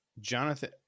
Jonathan